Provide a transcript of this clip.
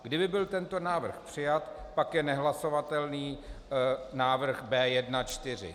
Kdyby byl tento návrh přijat, pak je nehlasovatelný návrh B1.4.